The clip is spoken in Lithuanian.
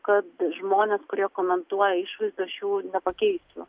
kad žmonės kurie komentuoja išvaizdą aš jų nepakeisiu